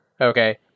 okay